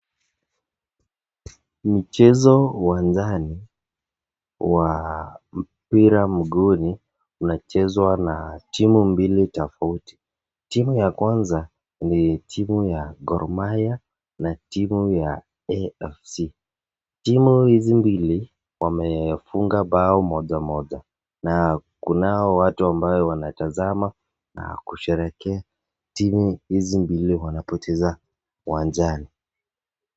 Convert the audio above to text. Mchezo uwanjani wa mpira mguuni unachezwa na timu mbili tofauti. Timu ya kwanza ni timu ya Gor Maiya na timu ya AFC. Timu hizi mbili wame funga bao moja moja. Na kunao watu ambao wanatazama na kusherehekea timu hizi mbili wanapo cheza uwanjani.